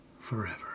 forever